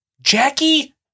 Jackie